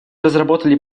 разработали